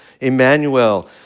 Emmanuel